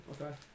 Okay